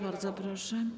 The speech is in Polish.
Bardzo proszę.